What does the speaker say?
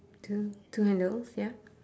two two handles ya